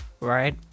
right